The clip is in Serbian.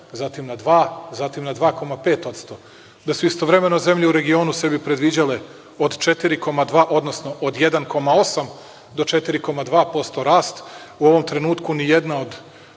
zatim na 2,5%.Da su istovremeno zemlje u regionu sebi predviđale od 4,2, odnosno od 1,8 do 4,2% rast, u ovom trenutku ni jedna od